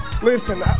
Listen